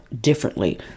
differently